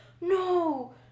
no